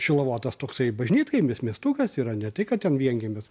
šilavotas toksai bažnytkaimis miestukas yra ne tai kad ten vienkiemis